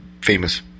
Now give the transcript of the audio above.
famous